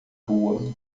rua